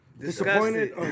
disappointed